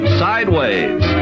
sideways